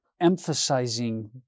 emphasizing